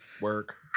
Work